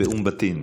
אום בטין.